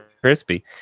crispy